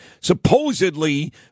supposedly